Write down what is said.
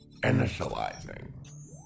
Initializing